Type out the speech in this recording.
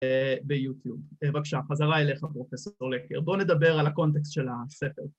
‫ביוטיוב. ‫בבקשה, חזרה אליך, פרופ' לכיר. ‫בוא נדבר על הקונטקסט של הספר.